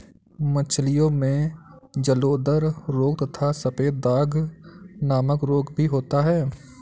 मछलियों में जलोदर रोग तथा सफेद दाग नामक रोग भी होता है